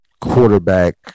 quarterback